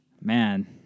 man